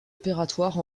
opératoire